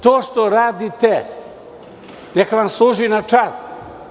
To što radite neka vam služi na čast.